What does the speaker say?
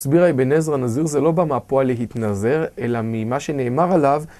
הסביר אבן עזרא נזיר זה לא בא מהפועל להתנזר אלא ממה שנאמר עליו